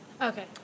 okay